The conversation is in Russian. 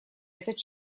этот